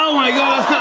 um my, god.